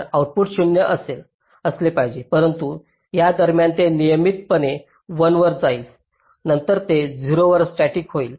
तर आउटपुट शून्य असले पाहिजे परंतु त्या दरम्यान ते नियमितपणे 1 वर जाईल नंतर ते 0 वर स्टॅटिक होईल